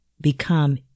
become